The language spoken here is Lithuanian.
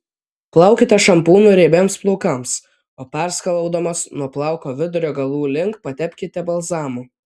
plaukite šampūnu riebiems plaukams o perskalaudamos nuo plauko vidurio galų link patepkite balzamu